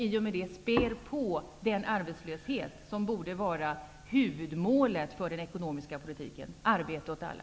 I och med det späs arbetslösheten på i stället för att föra fram det som borde vara huvudmålet för den ekonomiska politiken: arbete åt alla!